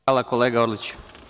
Hvala kolega Orliću.